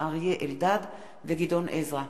אריה אלדד וגדעון עזרא.